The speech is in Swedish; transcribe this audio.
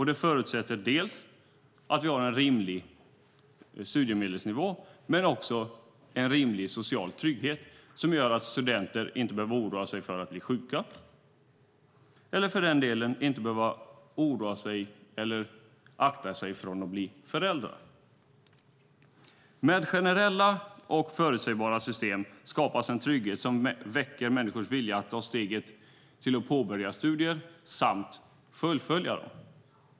Det förutsätter att vi har dels en rimlig studiemedelsnivå, dels också en rimlig social trygghet som gör att studenter inte behöver oroa sig för att bli sjuka eller för delen inte behöver akta sig för att bli föräldrar. Med generella och förutsägbara system skapas en trygghet som väcker människors vilja att ta steget till att påbörja studier samt fullfölja dem.